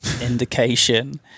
indication